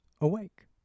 awake